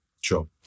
Sure